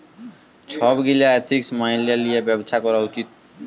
ছব গীলা এথিক্স ম্যাইলে লিঁয়ে ব্যবছা ক্যরা উচিত